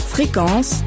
Fréquence